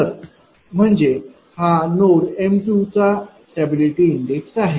तर म्हणजे हा नोड m2चा स्टॅबिलिटी इंडेक्स आहे